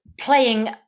playing